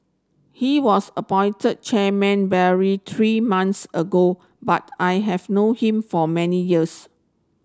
he was appointed chairman three months ago but I have know him for many years